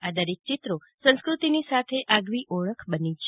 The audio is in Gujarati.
આ દરેક ચિત્રો સંસ્કૃતિક ની સાથે આગવી ઓળખ બની છે